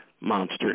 monster